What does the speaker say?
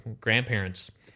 grandparents